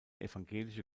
evangelische